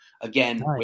again